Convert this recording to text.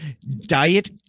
diet